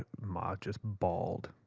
ah ma just bawled.